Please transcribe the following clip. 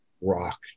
rock